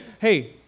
hey